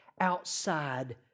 outside